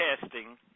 testing